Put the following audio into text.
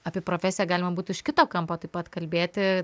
apie profesiją galima būtų iš kito kampo taip pat kalbėti